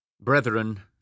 Brethren